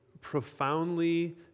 profoundly